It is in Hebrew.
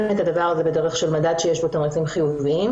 את הדבר הזה בדרך של מדד שיש בו תמריצים חיוביים.